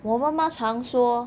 我妈妈常说